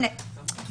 לא.